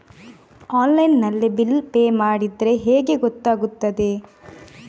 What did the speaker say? Online ನಲ್ಲಿ bill pay ಮಾಡಿದ್ರೆ ಹೇಗೆ ಗೊತ್ತಾಗುತ್ತದೆ?